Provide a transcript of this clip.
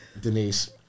Denise